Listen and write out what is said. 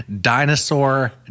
dinosaur